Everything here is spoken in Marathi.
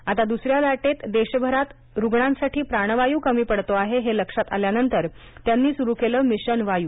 आता दुसऱ्या लाटेत देशभरात रुग्णांसाठी प्राणवायू कमी पडतो आहे हे लक्षात आल्यानंतर त्यांनी सुरू केलं मिशन वायू